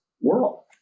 world